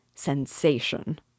Sensation